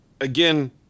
Again